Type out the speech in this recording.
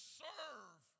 serve